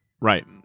Right